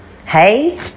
Hey